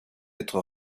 être